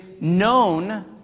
known